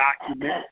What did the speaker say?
document